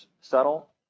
subtle